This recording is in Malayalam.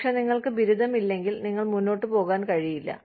പക്ഷേ നിങ്ങൾക്ക് ബിരുദം ഇല്ലെങ്കിൽ നിങ്ങൾക്ക് മുന്നോട്ട് പോകാൻ കഴിയില്ല